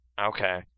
Okay